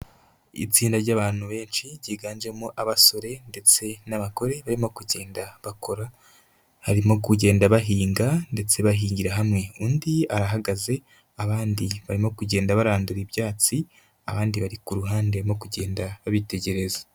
Itsinda ry'abantu benshi ryiganjemo abasore ndetse n'abagore barimo kugenda bakora harimo kugenda bahinga ndetse bahingira hamwe undi arahagaze abandi barimo kugenda barandura ibyatsi abandi bari ku ruhande barimo kugenda bitegereza.